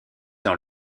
dans